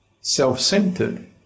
self-centered